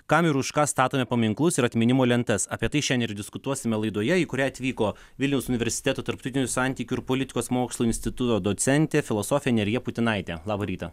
kam ir už ką statome paminklus ir atminimo lentas apie tai šian ir diskutuosime laidoje į kurią atvyko vilniaus universiteto tarptautinių santykių ir politikos mokslų instituto docentė filosofė nerija putinaitė labą rytą